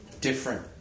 different